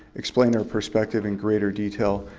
explain our perspective in greater detail,